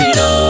no